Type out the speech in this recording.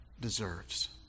deserves